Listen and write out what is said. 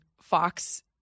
Fox